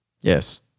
Yes